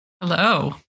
Hello